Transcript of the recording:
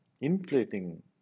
inflating